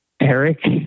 Eric